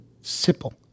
simple